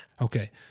Okay